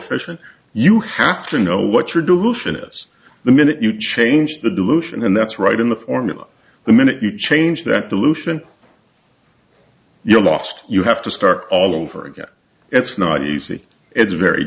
efficient you have to know what your delusion is the minute you change the dilution and that's right in the formula the minute you change that dilution you're lost you have to start all over again it's not easy it's very